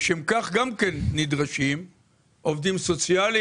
לשם כך גם כן נדרשים עובדים סוציאליים.